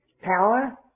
Power